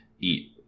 eat